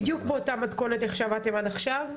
בדיוק באותה מתכונת שעבדתם עד עכשיו?